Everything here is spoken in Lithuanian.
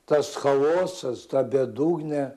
tas chaosas ta bedugnė